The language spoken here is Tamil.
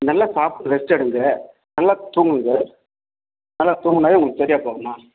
நல்லா சாப்பிட்டு ரெஸ்ட்டெடுங்க நல்லா தூங்குங்க நல்லா தூங்குனாலே உங்களுக்கு சரியாப்போகும்மா